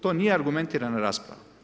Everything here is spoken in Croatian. To nije argumentirana rasprava.